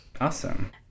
Awesome